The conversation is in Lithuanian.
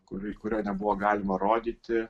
kurį kurio nebuvo galima rodyti